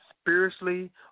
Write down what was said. spiritually